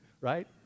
right